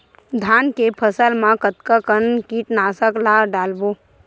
धान के फसल मा कतका कन कीटनाशक ला डलबो?